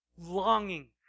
longing